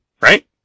right